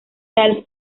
tal